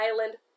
island